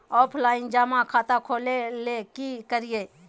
Offline जमा खाता खोले ले की करिए?